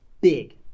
big